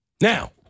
Now